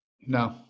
No